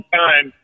time